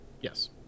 yes